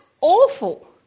awful